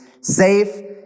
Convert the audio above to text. safe